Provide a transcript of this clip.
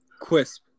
Quisp